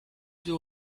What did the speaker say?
will